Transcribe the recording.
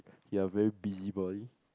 you're very busybody